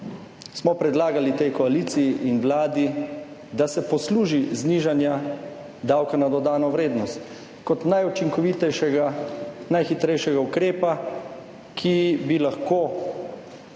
preverljivo, tej koaliciji in vladi, da se posluži znižanja davka na dodano vrednost kot najučinkovitejšega, najhitrejšega ukrepa, ki bi lahko